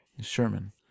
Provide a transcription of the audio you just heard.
Sherman